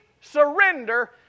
surrender